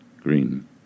Green